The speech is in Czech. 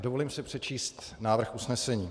Dovolím si přečíst návrh usnesení: